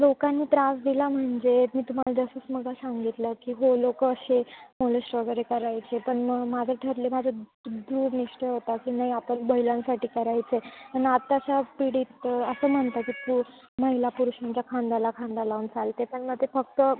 लोकांनी त्रास दिला म्हणजे मी तुम्हाला जसंच मगा सांगितलं की हो लोक असे मोलेश्ट वगैरे करायचे पण मग माझं ठरलेलं माझं द दृढ निश्चय होता की नाही आपण महिलांसाठी करायचं आहे आणि आत्ताच्या पिढीत असं म्हणता की पुरष् महिला पुरुषांच्या खांद्याला खांदा लावून चालते पण मग ते फक्त